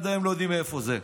ועד היום לא יודעים מאיפה זה.